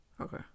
Okay